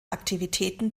aktivitäten